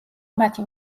მათი